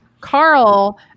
Carl